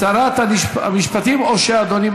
שרת המשפטים או אדוני?